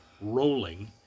rolling